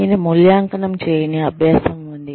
నేను మూల్యాంకనం చేయని అభ్యాసం ఉంది